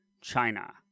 china